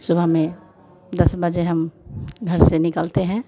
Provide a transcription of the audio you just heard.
सुबह में दस बजे हम घर से निकलते हैं